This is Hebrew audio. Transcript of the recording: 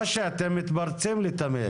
אתם מתפרצים לדברים שלי תמיד.